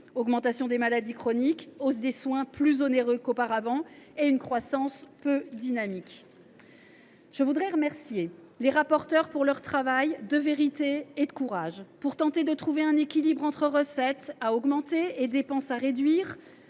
augmentation des maladies chroniques, hausse des soins, plus onéreux qu’auparavant, et croissance peu dynamique. Je voudrais remercier les rapporteurs de leur travail de vérité et de courage pour tenter de trouver un équilibre entre recettes à augmenter et dépenses à réduire,